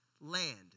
land